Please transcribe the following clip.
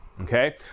Okay